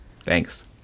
Thanks